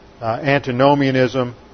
antinomianism